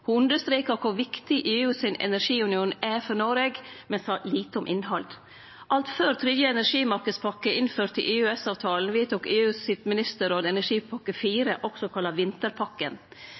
Ho understreka kor viktig EU sin energiunion er for Noreg, men sa lite om innhald. Alt før tredje energimarknadspakke er innført i EØS-avtalen, vedtok ministerrådet i EU energipakke 4, også kalla vinterpakken.